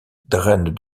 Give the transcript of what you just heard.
draine